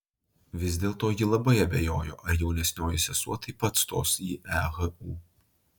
vis dėlto ji labai abejojo ar jaunesnioji sesuo taip pat stos į ehu